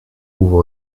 ouvre